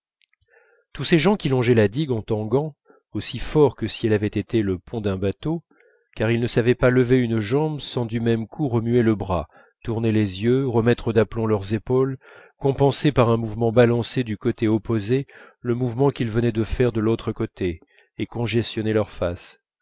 tous ces gens qui longeaient la digue en tanguant aussi fort que si elle avait été le pont d'un bateau car ils ne savaient pas lever une jambe sans du même coup remuer le bras tourner les yeux remettre d'aplomb leurs épaules compenser par un mouvement balancé du côté opposé le mouvement qu'ils venaient de faire de l'autre côté et congestionner leur face